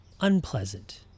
unpleasant